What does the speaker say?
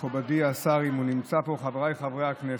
מכובדי השר, אם הוא נמצא פה, חבריי חברי הכנסת,